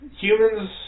Humans